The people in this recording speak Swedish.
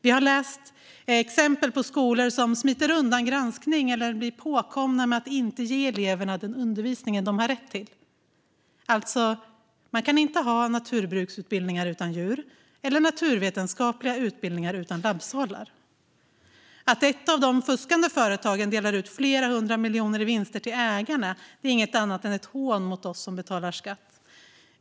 Vi har läst om exempel på skolor som smiter undan granskning eller blir påkomna med att inte ge eleverna den undervisning de har rätt till. Man kan inte ha naturbruksutbildningar utan att ha djur eller naturvetenskapliga utbildningar utan att ha labbsalar. Att ett av de fuskande företagen delar ut flera hundra miljoner i vinster till ägarna är inget annat än ett hån mot oss som betalar skatt.